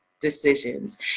decisions